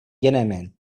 gentlemen